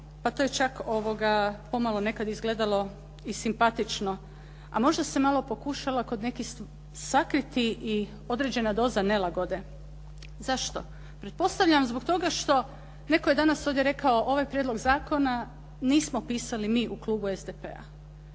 Pa to je čak pomalo nekad izgledalo i simpatično, a možda se malo pokušalo kod nekih sakriti i određena doza nelagode. Zašto? Pretpostavljam zbog toga što netko je danas ovdje rekao ovaj prijedlog zakona nismo pisali mi u klubu SDP-a.